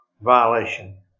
violation